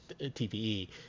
TPE